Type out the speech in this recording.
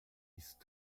ist